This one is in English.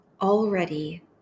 already